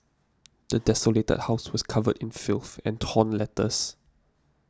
the desolated house was covered in filth and torn letters